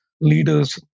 leaders